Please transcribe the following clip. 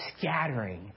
scattering